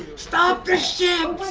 stop the ship.